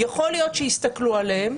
יכול להיות שיסתכלו עליהם,